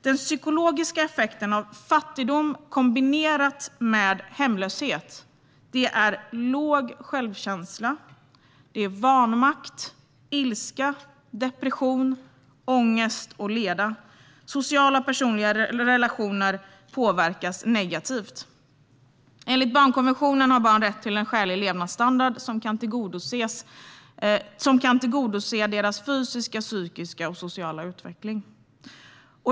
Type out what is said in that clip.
De psykologiska effekterna av fattigdom kombinerat med hemlöshet är låg självkänsla, vanmakt, ilska, depression, ångest och leda. Personliga sociala relationer påverkas negativt. Enligt barnkonventionen har barn rätt till en skälig levnadsstandard, som kan tillgodose deras fysiska, psykiska och sociala utveckling.